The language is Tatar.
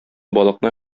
балыкны